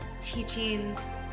teachings